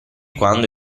quando